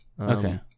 okay